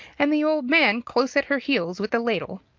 and the old man close at her heels with the ladle.